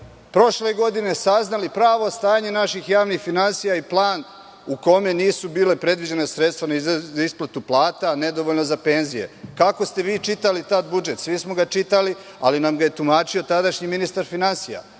prošle godine saznali pravo stanje naših javnih finansija i plan u kome nisu bila predviđena sredstva za isplatu plata, nedovoljno za penzije. Kako ste vi čitali tad budžet? Svi smo ga čitali, ali nam ga je tumačio tadašnji ministar finansija.